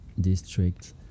district